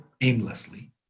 aimlessly